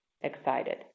excited